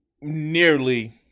nearly